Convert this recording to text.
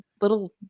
little